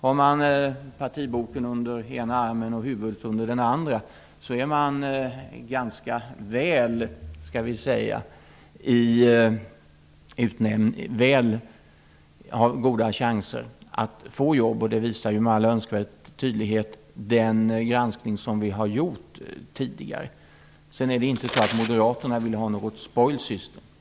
Om man har partiboken under den armen och huvudet under den andra har man ganska goda chanser att få jobb. Det visar med all önskvärd tydlighet den granskning som vi har gjort tidigare. Sedan vill jag säga att Moderaterna inte vill ha något spoil system.